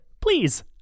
Please